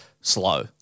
slow